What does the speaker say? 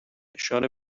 اشاره